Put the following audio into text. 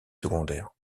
secondaires